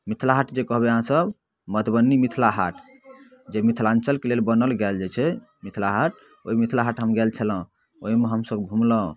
मिथिला हाट जे कहबै अहाँ सब मधुबनी मिथिला हाट जे मिथिलाञ्चलके लेल बनाओल गेल छै मिथिला हाट ओ मिथिला हाट हम गेल छलहुँ ओइमे हमसब घुमलहुँ